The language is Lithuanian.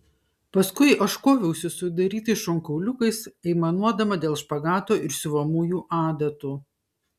paskui aš koviausi su įdarytais šonkauliukais aimanuodama dėl špagato ir siuvamųjų adatų